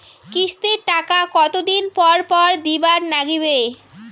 কিস্তির টাকা কতোদিন পর পর দিবার নাগিবে?